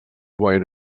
white